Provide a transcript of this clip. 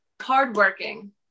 hardworking